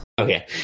Okay